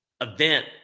event